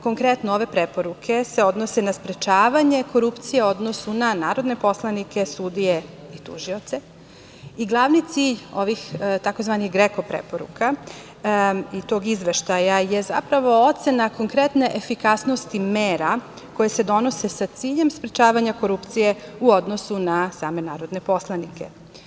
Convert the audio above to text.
Konkretno, ove preporuke se odnose na sprečavanje korupcije u odnosu na narodne poslanike, sudije i tužioce i glavni cilj ovih tzv. GREKO preporuka i tog izveštaja je zapravo ocena konkretne efikasnosti mera koje se donose sa ciljem sprečavanja korupcije u odnosu na same narodne poslanike.